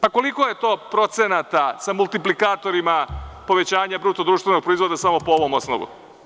Pa koliko je to procenata sa multiplikatorima povećanja bruto društvenog proizvoda samo po ovom osnovu?